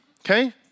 okay